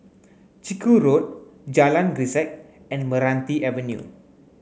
Chiku Road Jalan Grisek and Meranti Avenue